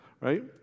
right